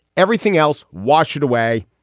everything else washed away.